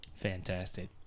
Fantastic